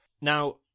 now